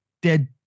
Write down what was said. dead